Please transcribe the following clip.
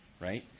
right